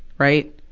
right?